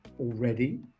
already